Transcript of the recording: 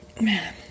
Man